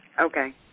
Okay